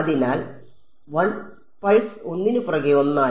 അതിനാൽ 1 പൾസ് ഒന്നിനുപുറകെ ഒന്നായി